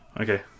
Okay